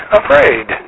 afraid